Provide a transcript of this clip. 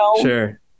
sure